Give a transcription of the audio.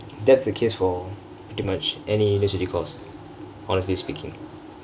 that's the case for pretty much any engkineeringk course honestly speakingk